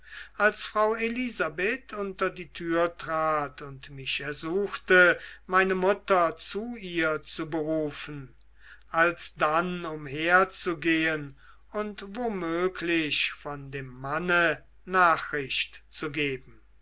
als frau elisabeth unter die türe trat und mich ersuchte meine mutter zu ihr zu berufen alsdann umherzugehen und wo möglich von dem manne nachricht zu geben